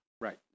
Right